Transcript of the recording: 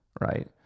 right